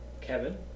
Kevin